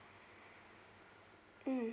mm